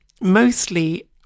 Mostly